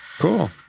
cool